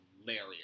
hilarious